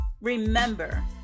Remember